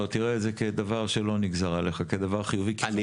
חשוב לי